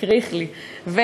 קריכלי, קריכלי.